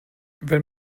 wenn